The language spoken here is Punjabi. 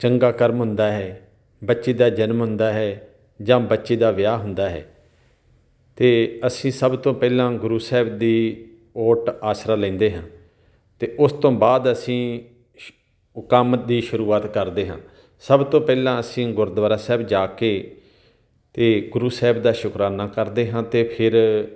ਚੰਗਾ ਕਰਮ ਹੁੰਦਾ ਹੈ ਬੱਚੇ ਦਾ ਜਨਮ ਹੁੰਦਾ ਹੈ ਜਾਂ ਬੱਚੇ ਦਾ ਵਿਆਹ ਹੁੰਦਾ ਹੈ ਅਤੇ ਅਸੀਂ ਸਭ ਤੋਂ ਪਹਿਲਾਂ ਗੁਰੂ ਸਾਹਿਬ ਦੀ ਓਟ ਆਸਰਾ ਲੈਂਦੇ ਹਾਂ ਅਤੇ ਉਸ ਤੋਂ ਬਾਅਦ ਅਸੀਂ ਸ਼ੁ ਕੰਮ ਦੀ ਸ਼ੁਰੂਆਤ ਕਰਦੇ ਹਾਂ ਸਭ ਤੋਂ ਪਹਿਲਾਂ ਅਸੀਂ ਗੁਰਦੁਆਰਾ ਸਾਹਿਬ ਜਾ ਕੇ ਅਤੇ ਗੁਰੂ ਸਾਹਿਬ ਦਾ ਸ਼ੁਕਰਾਨਾ ਕਰਦੇ ਹਾਂ ਅਤੇ ਫਿਰ